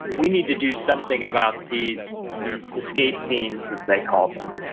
we need to do something about these these escape fiends, as they called them,